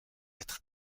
être